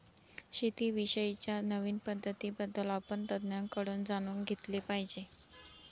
शेती विषयी च्या नवीन पद्धतीं बद्दल आपण तज्ञांकडून जाणून घेतले पाहिजे